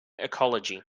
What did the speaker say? ecology